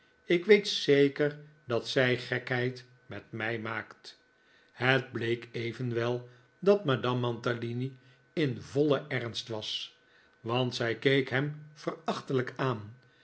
ik weet zeker dat zij gekheid met mij maakt het bleek evenwel dat madame mantalini in vollen ernst was want zij keek hem verachtelijk aan